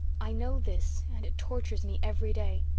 i know this, and it tortures me every day.